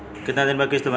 कितना दिन किस्त बनेला?